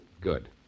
Good